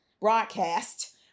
broadcast